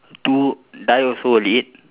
two die also will eat